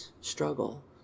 struggle